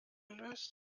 gelöst